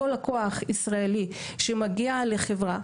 אותו לקוח ישראלי שמגיע לחברה,